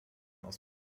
aus